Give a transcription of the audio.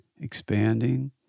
expanding